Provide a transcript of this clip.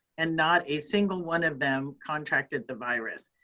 and not a single one of them contracted the virus.